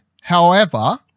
however-